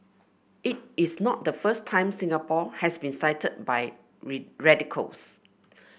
it is not the first time Singapore has been cited by radicals